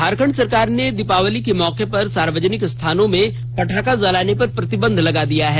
झारखंड सरकार ने दिवाली के मौके पर सार्वजनिक स्थानों पर पटाखा जलाने पर प्रतिबंध लगा दिया है